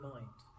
Mind